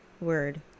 word